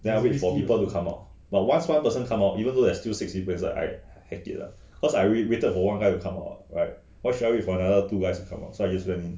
then I wait for people to come out but once one person come out even though is still six people inside I heck it lah cause I already waited for one guy to come out right why so I wait for another two guys to come out so I just went in